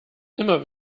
immer